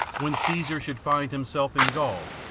when caesar should find himself in gaul,